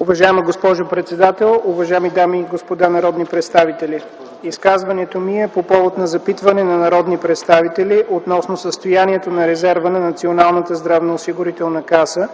Уважаема госпожо председател, уважаеми дами и господа народни представители! Изказването ми е по повод на запитване на народни представители относно състоянието на резерва на Националната здравноосигурителна каса